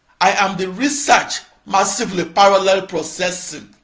i am the research massively parallel processing